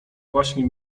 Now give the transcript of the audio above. właśnie